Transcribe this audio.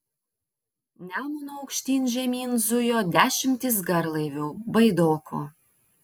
nemunu aukštyn žemyn zujo dešimtys garlaivių baidokų